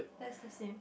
that's the same